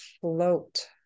float